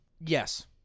Yes